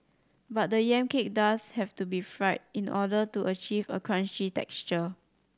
but the yam cake does have to be fried in order to achieve a crunchy texture